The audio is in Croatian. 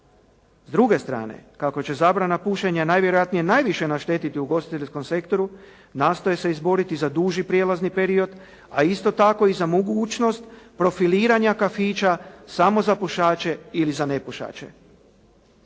S druge strane kako će zabrana pušenja najvjerojatnije najviše naštetiti ugostiteljskom sektoru, nastoje se izboriti za duži prijelazni period, a isto tako i za mogućnost profiliranja kafića samo za pušače ili nepušače.